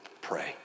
Pray